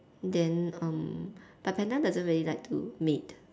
then um but panda doesn't really like to mate